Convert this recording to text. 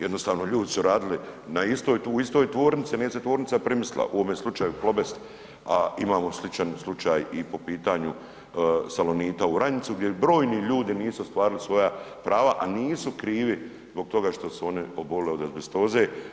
Jednostavno ljudi su radili na istoj, u istoj tvornici, nije se tvornica primistila, u ovome slučaju Plobest, a imamo sličan slučaj i po pitanju Salonita u Vranjicu gdje broji ljudi nisu ostvarili svoja prava, a nisu krivi zbog toga što su oni obolili od azbestoze.